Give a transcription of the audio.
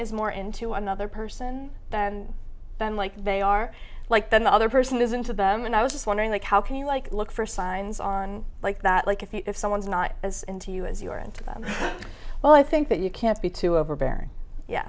is more into another person than them like they are like then the other person is into them and i was just wondering like how can you like look for signs on like that like if someone's not as into you as you are and that well i think that you can't be too overbearing yeah